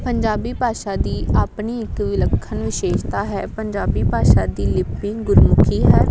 ਪੰਜਾਬੀ ਭਾਸ਼ਾ ਦੀ ਆਪਣੀ ਇੱਕ ਵਿਲੱਖਣ ਵਿਸ਼ੇਸ਼ਤਾ ਹੈ ਪੰਜਾਬੀ ਭਾਸ਼ਾ ਦੀ ਲਿਪੀ ਗੁਰਮੁਖੀ ਹੈ